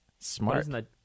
Smart